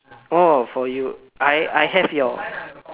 oh for you I I have your